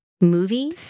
movie